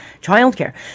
childcare